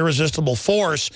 irresistible force